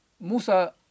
Musa